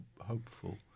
hopeful